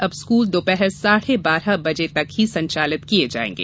अब स्कूल दोपहर साढ़े बारह बजे तक ही संचालित किये जायेंगे